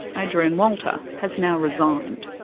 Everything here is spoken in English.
adrian walter has now resigned,